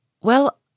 Well